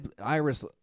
Iris